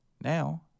Now